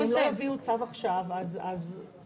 אם הם לא יביאו צו עכשיו אז תהיה בעיה.